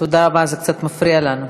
תודה רבה, זה קצת מפריע לנו.